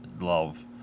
love